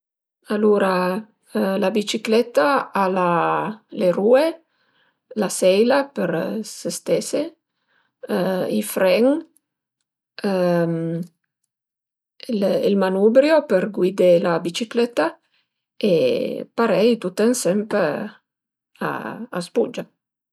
Alura la biciclëta al a le rue, la seila për së stese, i fren ël manubrio për guidé la biciclëta e tut ënsëmp a së bugia